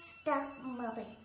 stepmother